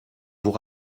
vous